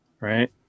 right